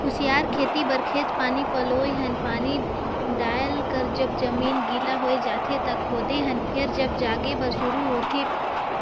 कुसियार खेती बर खेत पानी पलोए हन पानी डायल कर जब जमीन गिला होए जाथें त खोदे हन फेर जब जागे बर शुरू होथे